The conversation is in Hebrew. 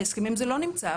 בהסכמים זה לא נמצא.